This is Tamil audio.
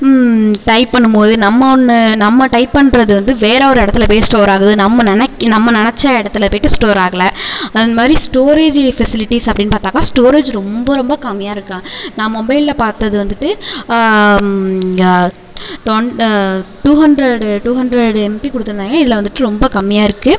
டைப் பண்ணும்போது நம்ம ஒன்று நம்ம டைப் பண்ணுறது வந்து வேற ஒரு இடத்துல போய் ஸ்டோர் ஆகுது நம்ம நினைக் நம்ம நினச்ச இடத்துல போய்ட்டு ஸ்டோர் ஆகலை அந்தமாதிரி ஸ்டோரேஜு ஃபெசிலிட்டீஸ் அப்படினு பார்த்தாக்கா ஸ்டோரேஜ் ரொம்ப ரொம்ப கம்மியாக இருக்குது நான் மொபைல்ல பார்த்தது வந்துட்டு டொன் two hundred two hundred MB கொடுத்துருந்தாய்ங்க இதில் வந்துட்டு ரொம்ப கம்மியாக இருக்குது